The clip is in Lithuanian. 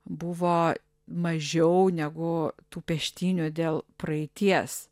buvo mažiau negu tų peštynių dėl praeities